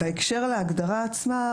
באשר להגדרה עצמה,